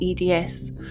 EDS